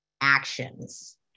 actions